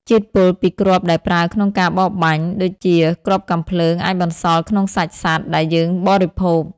ជាតិពុលពីគ្រាប់ដែលប្រើក្នុងការបរបាញ់ ដូចជាគ្រាប់កាំភ្លើង អាចបន្សល់ក្នុងសាច់សត្វដែលយើងបរិភោគ។